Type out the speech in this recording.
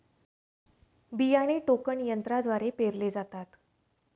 बियाणे टोकन यंत्रद्वारे पेरले जाते